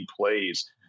plays